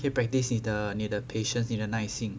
可以 practice 你的你的 patience 你的耐性